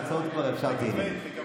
אחרי חצות אפשר תהילים.